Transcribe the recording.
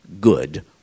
good